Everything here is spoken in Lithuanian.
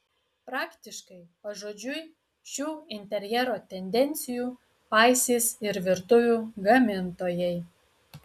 praktiškai pažodžiui šių interjero tendencijų paisys ir virtuvių gamintojai